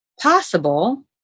possible